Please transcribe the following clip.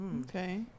Okay